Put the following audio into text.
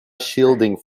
shielding